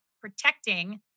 protecting